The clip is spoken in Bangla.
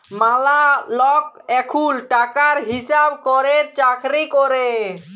ম্যালা লক এখুল টাকার হিসাব ক্যরের চাকরি ক্যরে